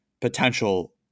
potential